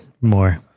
more